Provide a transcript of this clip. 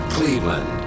Cleveland